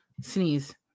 Sneeze